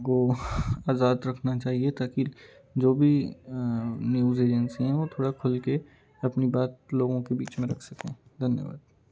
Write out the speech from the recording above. को आजाद रखना चाहिए ताकि जो भी न्यूज़ एजेंसी हैं वो थोड़ा खुलके अपनी बात लोगों के बीच में रख सकें धन्यवाद